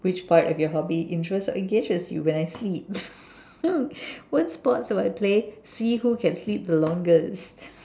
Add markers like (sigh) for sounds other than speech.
which part of your hobby interests or engages you when I sleep (laughs) what sports do I play see who can sleep the longest